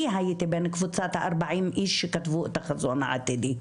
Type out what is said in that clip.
אני הייתי בין קבוצת ה-40 איש שכתבו את החזון העתידי,